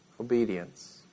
obedience